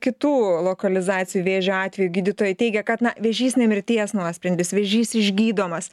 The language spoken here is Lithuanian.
kitų lokalizacijų vėžio atveju gydytojai teigia kad na vėžys ne mirties nuosprendis vėžys išgydomas